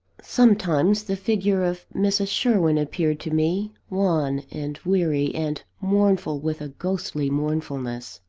sometimes, the figure of mrs. sherwin appeared to me, wan and weary, and mournful with a ghostly mournfulness.